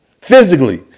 Physically